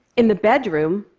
in the bedroom,